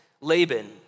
Laban